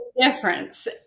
difference